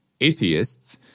atheists